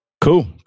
Cool